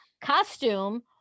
costume